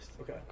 Okay